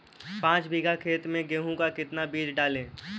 पाँच बीघा खेत में गेहूँ का कितना बीज डालें?